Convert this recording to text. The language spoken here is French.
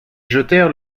jetèrent